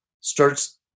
starts